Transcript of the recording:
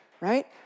right